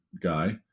guy